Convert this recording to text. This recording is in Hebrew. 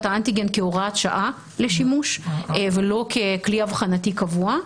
האנטיגן כהוראת שעה ולא ככלי אבחוני קבוע,